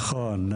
נכון.